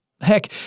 Heck